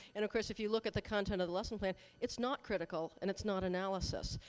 and of course, if you look at the content of the lesson plan, it's not critical, and it's not analysis.